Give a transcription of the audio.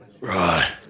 Right